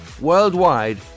worldwide